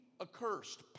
accursed